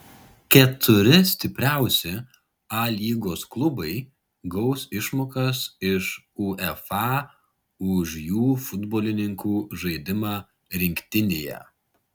keturi stipriausi a lygos klubai gaus išmokas iš uefa už jų futbolininkų žaidimą rinktinėje